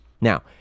Now